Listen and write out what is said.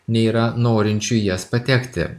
nei yra norinčių į jas patekti